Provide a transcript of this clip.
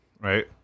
Right